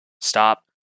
stop